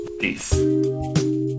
peace